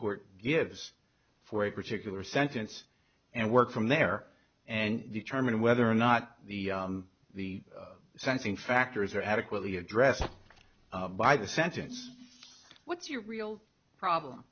court gives for a particular sentence and work from there and determine whether or not the the sensing factors are adequately addressed by the sentence what's your real problem